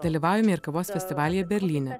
dalyvaujame ir kavos festivalyje berlyne